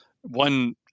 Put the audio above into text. one